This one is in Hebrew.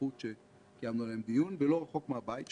בטיחות עליהן קיימנו דיון, ולא רחוק מהבית שלו.